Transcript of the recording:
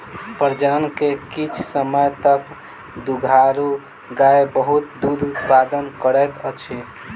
प्रजनन के किछ समय तक दुधारू गाय बहुत दूध उतपादन करैत अछि